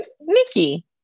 Mickey